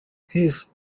his